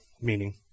meaning